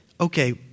okay